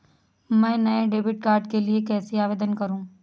मैं नए debit card के लिए कैसे आवेदन करूं?